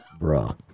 Bruh